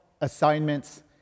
assignments